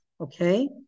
Okay